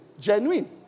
genuine